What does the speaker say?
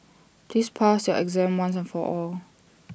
please pass your exam once and for all